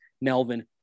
melvin